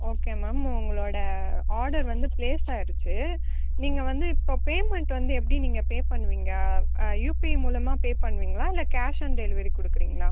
okay ma'am உங்களோடய order வந்து place ஆகிருக்கு நீங்கள் வந்து இப்போ பேமண்ட் வந்து எப்படி நீங்கள் பே பண்ணுவீங்கள் யூபிஐ மூலமாக பே பண்ணுவீங்களா இல்லை கேஷ் ஆன் டெலிவரி கொடுக்குறீங்களா